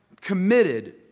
committed